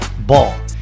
Ball